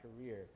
career